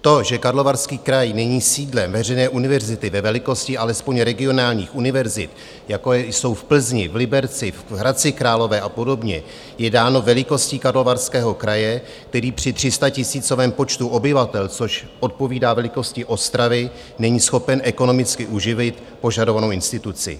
To, že Karlovarský kraj není sídlem veřejné univerzity ve velikosti alespoň regionálních univerzit, jako jsou v Plzni, v Liberci, v Hradci Králové a podobně, je dáno velikostí Karlovarského kraje, který při 300 tisícovém počtu obyvatel, což odpovídá velikosti Ostravy, není schopen ekonomicky uživit požadovanou instituci.